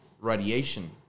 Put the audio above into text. Radiation